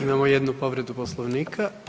Imamo jednu povredu Poslovnika.